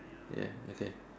ya okay